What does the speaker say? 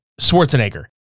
Schwarzenegger